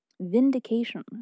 Vindication